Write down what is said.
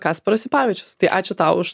kasparas sipavičius tai ačiū tau už